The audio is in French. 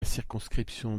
circonscription